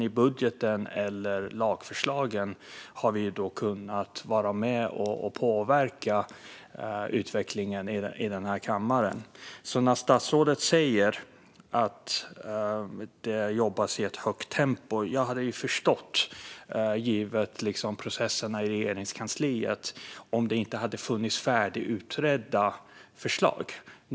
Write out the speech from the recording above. Varken i budgeten eller i lagförslagen har vi kunnat vara med och påverka utvecklingen i denna kammare. Statsrådet säger att man jobbar i högt tempo. Jag hade förstått det, givet processerna i Regeringskansliet, om det inte hade funnits färdigutredda förslag.